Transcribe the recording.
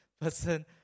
person